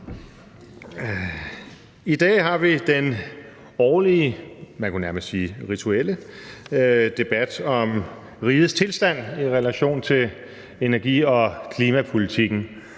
Så har vi den årlige – man kunne nærmest sige rituelle – debat om rigets tilstand i relation til energi- og klimapolitikken.